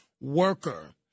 worker